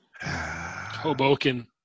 Hoboken